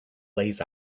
lays